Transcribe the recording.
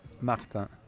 Martin